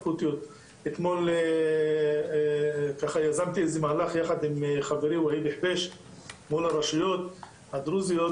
אתמול יזמתי מהלך יחד עם חברי וואהיד אחבש מול הרשויות הדרוזיות,